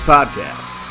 Podcast